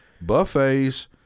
Buffets